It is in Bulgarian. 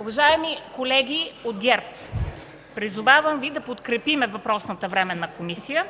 Уважаеми колеги от ГЕРБ, призовавам Ви да подкрепим въпросната Временна комисия,